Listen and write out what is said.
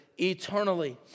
Eternally